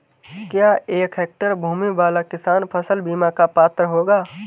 क्या एक हेक्टेयर भूमि वाला किसान फसल बीमा का पात्र होगा?